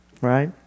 right